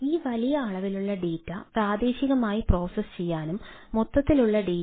ഈ വലിയ അളവിലുള്ള ഡാറ്റ